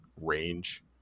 range